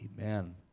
Amen